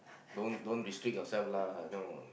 don't don't restrict yourself lah you know